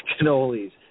cannolis